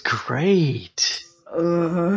great